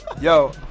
Yo